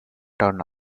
turn